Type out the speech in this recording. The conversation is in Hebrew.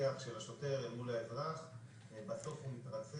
שיח של השוטר אל מול האזרח, בסוף הוא מתרצה.